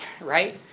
right